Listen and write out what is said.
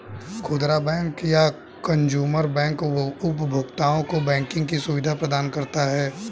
खुदरा बैंक या consumer bank उपभोक्ताओं को बैंकिंग की सुविधा प्रदान करता है